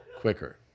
quicker